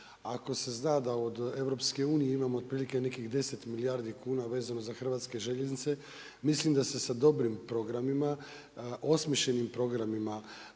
Ako se zna da od EU-a imamo otprilike imamo nekih 10 milijardi kuna vezano za hrvatske željeznice, mislim da se sa dobrim programima osmišljenim programima